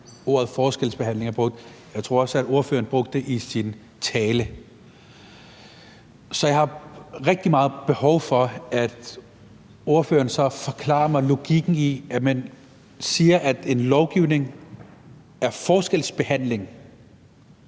ordet forskelsbehandling er brugt, og jeg tror også, at ordføreren brugte det i sin tale. Jeg har rigtig meget behov for, at ordføreren så forklarer mig logikken i, at man siger, at en lovgivning er forskelsbehandling